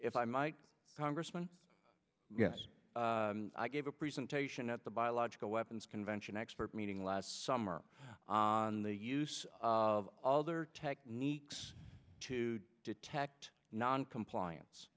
if i might congressman i gave a presentation at the biological weapons convention expert meeting last summer on the use of other techniques to detect noncompliance